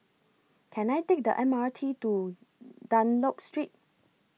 Can I Take The M R T to Dunlop Street